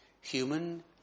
human